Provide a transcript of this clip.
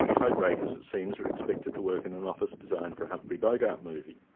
code breakers, it seems, are expected to work in an office designed for a humphrey bogart movie.